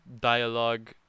dialogue